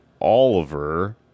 oliver